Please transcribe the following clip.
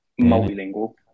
multilingual